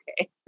okay